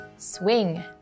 Swing